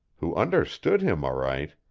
who understood him aright,